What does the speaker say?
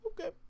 Okay